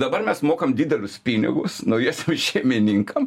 dabar mes mokam didelius pinigus naujiesiem šeimininkam